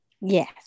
yes